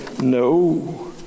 no